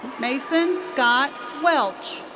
mason scott welch.